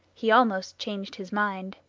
he almost changed his mind.